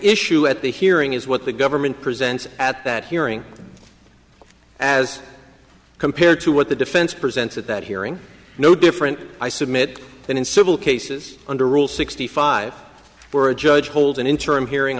issue at the hearing is what the government presents at that hearing as compared to what the defense presents at that hearing no different i submit that in civil cases under rule sixty five we're a judge holds an interim hearing